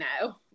no